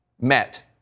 met